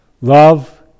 Love